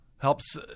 Helps